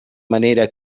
manera